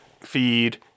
feed